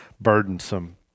burdensome